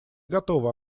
готова